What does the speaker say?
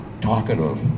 talkative